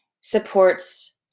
supports